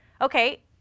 Okay